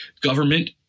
government